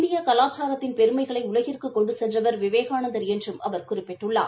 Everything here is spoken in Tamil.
இந்திய கலாச்சாரத்தின் பெருமைகளை உலகிற்கு கொண்டு சென்றவா் விவேகானந்தா் என்றும் அவா் குறிப்பிட்டுள்ளார்